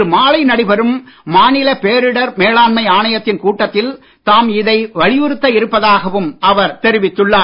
இன்று மாலை நடைபெறும் மாநில பேரிடர் மேலாண்மை ஆணையத்தின் கூட்டத்தில் தாம் இதை வலியுறுத்த இருப்பதாகவும் அவர் தெரிவித்துள்ளார்